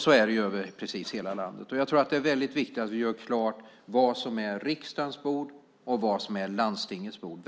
Så är det över hela landet, och jag tror att det är väldigt viktigt att vi gör klart vad som är riksdagens bord och vad som är landstingets bord.